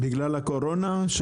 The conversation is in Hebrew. בגלל הקורונה?